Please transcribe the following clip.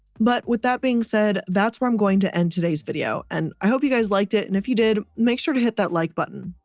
but with that being said, that's where i'm going to end today's video. and i hope you guys liked it. and if you did, make sure to hit that like button.